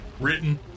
written